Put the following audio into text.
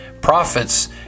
prophets